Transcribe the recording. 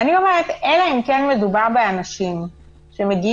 ואני אומרת שאלא אם כן מדובר באנשים שמגיעים